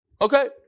Okay